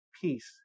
peace